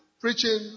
preaching